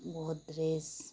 Godrej